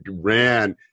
ran